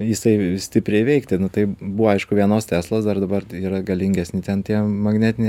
jisai stipriai veikti nu tai buvo aišku vienos teslos dar dabar yra galingesni ten tie magnetiniai